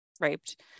raped